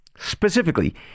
Specifically